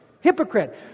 Hypocrite